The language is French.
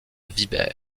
vibert